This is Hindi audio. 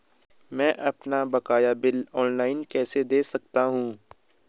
मैं अपना बकाया बिल ऑनलाइन कैसे दें सकता हूँ?